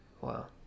Wow